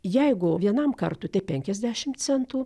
jeigu vienam kartui tai penkiasdešim centų